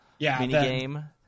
minigame